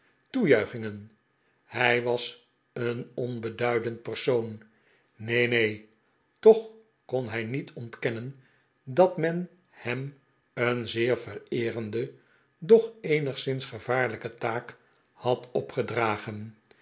hij was een onbeduidend persoon neen neen toch kon hij niet ontkennen dat men hem een zeer vereerende doch eenigszins gevaarlijke taak had opgedragen